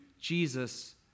Jesus